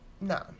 No